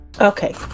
Okay